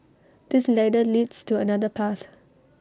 this ladder leads to another path